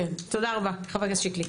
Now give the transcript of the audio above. תודה רבה חבר הכנסת שיקלי.